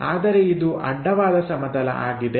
ಆದರೆ ಇದು ಅಡ್ಡವಾದ ಸಮತಲ ಆಗಿದೆ